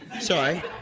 Sorry